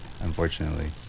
unfortunately